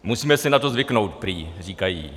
Musíme si na to zvyknout prý, říkají.